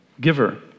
giver